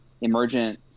emergent